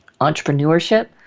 Entrepreneurship